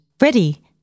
ready